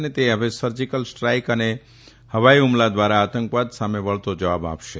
અને તે હવે સર્જીકલ સ્ટ્રાઇક અને હવાઈ હ્મલા દ્વારા આતંકવાદ સામે વળતો જવાબ આપે છે